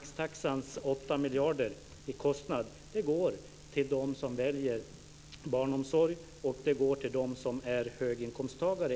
De 8 miljarder som maxtaxan kostar går i första hand till dem som väljer barnomsorg och till dem som är höginkomsttagare.